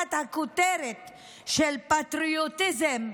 תחת הכותרת של פטריוטיזם,